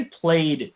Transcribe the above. played